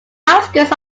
outskirts